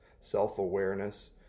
self-awareness